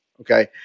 Okay